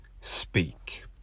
speak